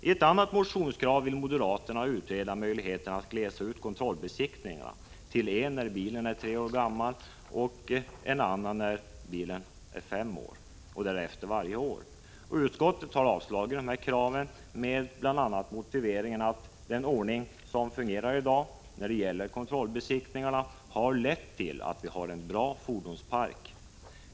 I ett annat motionskrav vill moderaterna utreda möjligheten att glesa ut kontrollbesiktningarna till en när bilen är tre år gammal, en när bilen är fem år och därefter varje år. Utskottet har avstyrkt detta krav, bl.a. med motiveringen att den ordning som i dag tillämpas när det gäller kontrollbesiktningar har lett till att vi har en bra fordonspark.